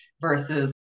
versus